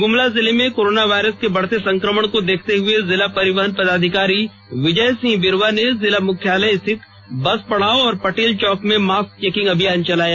गुमला जिले में corona virus के बढ़ते संक्रमण को देखते हुए जिला परिवहन पदाधिकारी विजय सिंह बिरुवा ने जिला मुख्यालय स्थित बस पड़ाव और पटेल चौक में मास्क चेकिंग अभियान चलाया